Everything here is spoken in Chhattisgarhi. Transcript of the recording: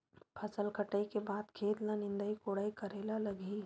फसल कटाई के बाद खेत ल निंदाई कोडाई करेला लगही?